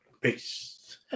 Peace